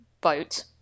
boat